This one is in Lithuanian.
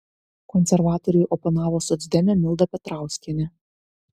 konservatoriui oponavo socdemė milda petrauskienė